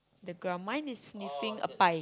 the ground mine is sniffing a pie